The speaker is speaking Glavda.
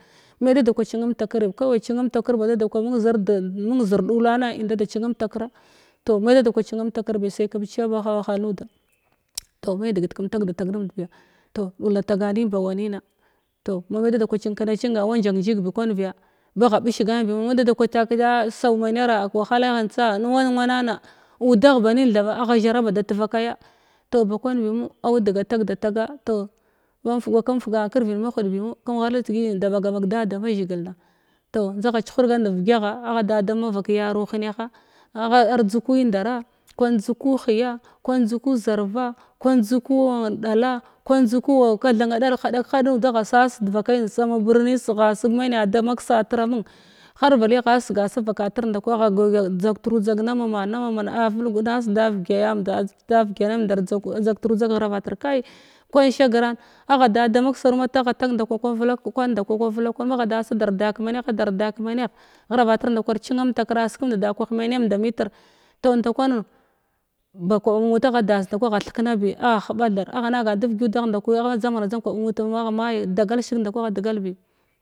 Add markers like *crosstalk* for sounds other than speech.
Me da da kwa cinam takri kawai cimam takr ba da da kwa mung zirdir mung zir ɗulan in da da kwa cinnan takra toh me da da kwa cinnan takr bi sai kem cina-ba-a ɓisa ba ah a wahal nuda toh me degit kem taganun ba wanima toh ma me. Dada kwa cinka na cinga auwa njaknjiig bi kwan biya bagha ɓishgan bimo ma mung da da kwa á sau mennera kəwahalaghan tsa nwan wanana udagh ba nim thaɓa agha zhara ba da tevvakaya tog ba kwan bimu au degatagdtaga to ban bakem fugan kirvid mahud bimu kəm ghala degiri da baya ɓag da da mazhigil na toh njdagha chuhurgan devigyagha agha da da mavak yaru henaha agha ar dzukku undara kan dzukku hiya kwan dzukku zarra kwan dzukku n-n-n ɗala kwan dzukku au kathanna ɗal haɗak haɗek nud agha sas devakai sa ma kesa tira mun har ba liyagha sega savakatir nda kwi agha s dzagtru dzag namama namama a vulg na sida vigya yamnda *unintelligible* dzagtru dzag ghravatr kai kwan shaara agha da da maksaru mataghatag nda kwa kwa vulak kwanda kwa magha das a darda kemenagh adarda kemenagh ghravatr nda kwa cinamtakra a sekemda da kwah menamnda mitra toh nda kwanum b kwaba nuta agha das nda ka agha thekna biagha huɓa thad agha nagan ke davagyudagh nda kwi angha ma dzamghna dzanmg kwaɓa mut ma magha mai dagal deshig nda kwi adgal bi